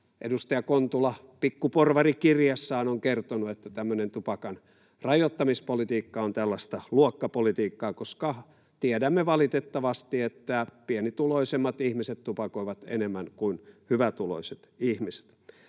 edustaja Kontula Pikkuporvarit-kirjassaan on kertonut, että tämmöinen tupakan rajoittamispolitiikka on luokkapolitiikkaa, koska tiedämme valitettavasti, että pienituloisemmat ihmiset tupakoivat enemmän kuin hyvätuloiset ihmiset.